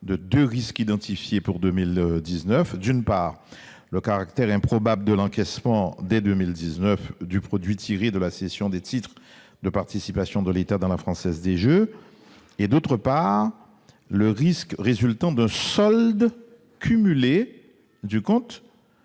de deux risques identifiés pour 2019 : d'une part, le caractère improbable de l'encaissement dès 2019 du produit tiré de la cession des titres de participation de l'État dans la Française des jeux et, d'autre part, le risque résultant d'un solde cumulé du compte